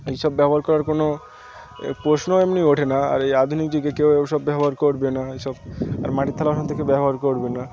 এই সব ব্যবহার করার কোনো প্রশ্ন এমনি ওঠে না আর এই আধুনিক যুগে কেউ এ সব ব্যবহার করবে না এই সব আর মাটির থালাবাসন তো কেউ ব্যবহার করবে না